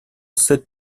sept